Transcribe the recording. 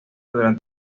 durante